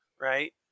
right